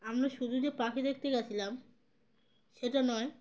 আমরা শুধু যে পাখি দেখতে গেছিলাম সেটা নয়